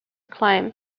climb